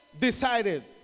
decided